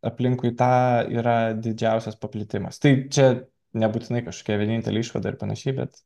aplinkui tą yra didžiausias paplitimas tai čia nebūtinai kažkokia vienintelė išvada ir panašiai bet